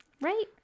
Right